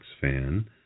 fan